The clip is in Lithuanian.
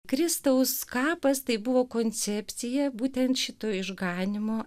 kristaus kapas tai buvo koncepcija būtent šito išganymo